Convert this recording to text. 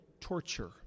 torture